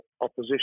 opposition